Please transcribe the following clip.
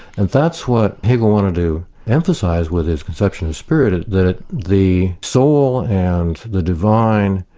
and that's what hegel wanted to emphasise with his perception of spirit, that the soul and the divine,